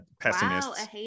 pessimists